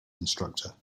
instructor